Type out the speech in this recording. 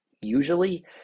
Usually